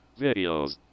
videos